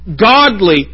godly